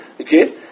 okay